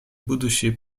будущие